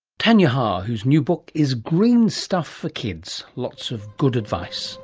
tanya ha, whose new book is green stuff for kids. lots of good advice